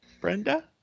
Brenda